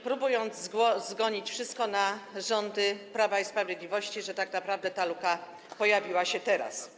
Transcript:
Próbował zwalić wszystko na rządy Prawa i Sprawiedliwości, mówiąc, że tak naprawdę ta luka pojawiła się teraz.